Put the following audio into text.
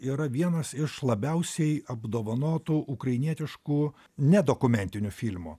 yra vienas iš labiausiai apdovanotų ukrainietiškų ne dokumentinių filmų